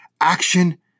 action